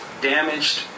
damaged